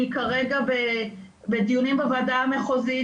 היא כרגע בדיונים בוועדה המחוזית.